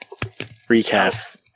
recap